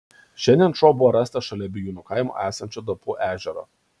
šiandien šuo buvo rastas šalia bijūnų kaimo esančio dapų ežero